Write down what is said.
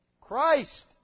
Christ